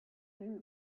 knew